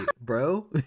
bro